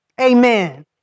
Amen